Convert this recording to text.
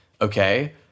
okay